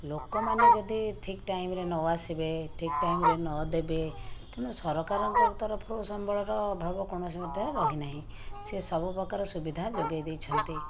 ଲୋକମାନେ ଯଦି ଠିକ୍ ଟାଇମ୍ରେ ନଆସିବେ ଠିକ୍ ଟାଇମ୍ରେ ନଦେବେ ତେଣୁ ସରକାରଙ୍କର ତରଫରୁ ସମ୍ବଳର ଅଭାବ କୌଣସି ମୋତେ ରହିନାହିଁ ସେସବୁ ପ୍ରକାର ସୁବିଧା ଯୋଗାଇଦେଇଛନ୍ତି